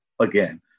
again